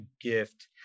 gift